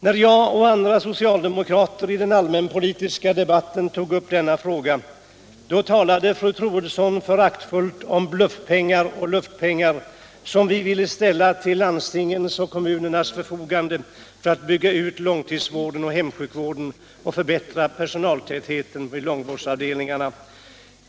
När jag och andra socialdemokrater i den allmänpolitiska debatten tog upp denna fråga, då talade fru Troedsson föraktfullt om bluffpengar och luftpengar, som vi ville ställa till landstingens och kommunernas förfogande för att bygga ut långtidsvården och hemsjukvården och förbättra personaltätheten vid långvårdsavdelningarna.